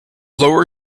lower